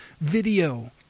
video